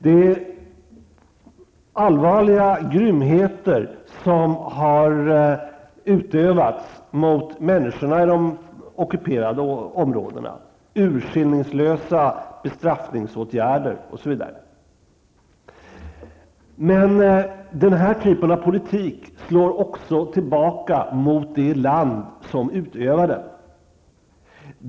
Det är allvarliga grymheter som har utövats mot människorna i de ockuperade områdena, urskillningslösa bestraffningsåtgärder, osv. Men den här typen av politik slår också tillbaka mot det land som utövar den.